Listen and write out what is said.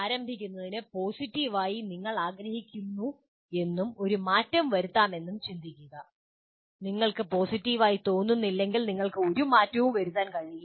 ആരംഭിക്കുന്നതിന് പോസിറ്റീവ് ആയി നിങ്ങൾ ആഗ്രഹിക്കുന്നു എന്നും ഒരു മാറ്റം വരുത്താമെന്നും ചിന്തിക്കുക നിങ്ങൾക്ക് പോസിറ്റീവ് ആയി തോന്നുന്നില്ലെങ്കിൽ നിങ്ങൾക്ക് ഒരു മാറ്റവും വരുത്താൻ കഴിയില്ല